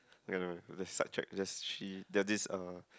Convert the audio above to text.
no no no just sidetrack just she there's this